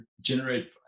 generate